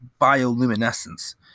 bioluminescence